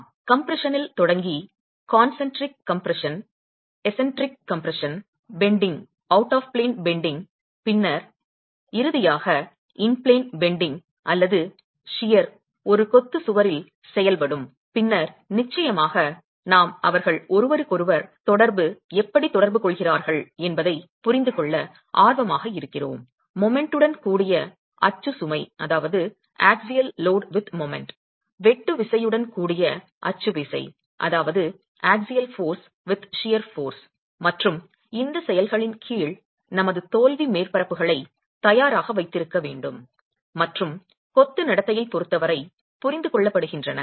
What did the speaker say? அமுக்கத்தில் சுருக்கம் தொடங்கி குவிந்த சுருக்கம் விசித்திரமான சுருக்கம் வளைத்தல் பிளேன் ஐ விட்டு வெளியே வளைந்து பின்னர் இறுதியாக பிளேன் ல் வளைத்தல் அல்லது வெட்டு ஒரு கொத்து சுவரில் செயல்படும் பின்னர் நிச்சயமாக நாம் அவர்கள் ஒருவருக்கொருவர் தொடர்பு எப்படி தொடர்பு கொள்கிறார்கள் என்பதை புரிந்து கொள்ள ஆர்வமாக இருக்கிறோம் மொமென்ட் உடன் கூடிய அச்சு சுமை வெட்டு விசையுடன் கூடிய அச்சு விசை மற்றும் இந்த செயல்களின் கீழ் நமது தோல்வி மேற்பரப்புகளை தயாராக வைத்திருக்க வேண்டும் மற்றும் கொத்து நடத்தையைப் பொருத்தவரை புரிந்து கொள்ளப்படுகின்றன